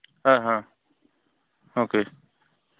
okay